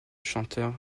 chanteur